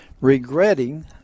regretting